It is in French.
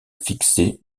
fixer